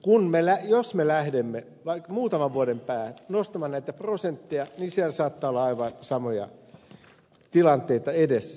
näin ollen jos me lähdemme muutaman vuoden päästä nostamaan näitä prosentteja niin siellä saattaa olla aivan samoja tilanteita edessä